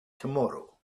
tomorrow